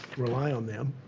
rely on them,